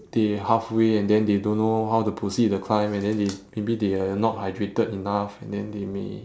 they halfway and then they don't know how to proceed the climb and then they maybe they are not hydrated enough and then they may